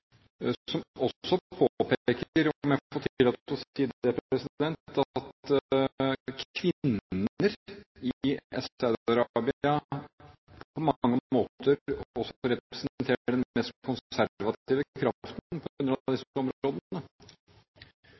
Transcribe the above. også påpeker – om jeg blir tillatt å si det – at kvinner i Saudi-Arabia på mange måter også representerer den mest konservative kraften på